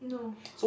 no